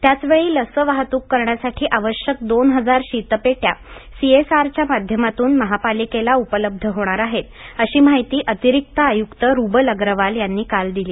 त्याचवेळी लस वाहतूक करण्यासाठी आवश्यक दोन हजार शीतपेटया सीएसआरच्या माध्यमातून महापालिकेला उपलब्ध होणार आहे अशी माहती अतररिक्त आयुक्त रूबल अग्रवाल यांनी काल दिली